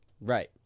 Right